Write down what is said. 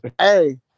Hey